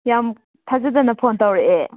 ꯌꯥꯝ ꯊꯥꯖꯗꯅ ꯐꯣꯟ ꯇꯧꯔꯛꯑꯦ